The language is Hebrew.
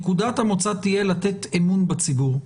נקודת המוצא תהיה לתת אמון בציבור.